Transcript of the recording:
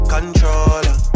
Controller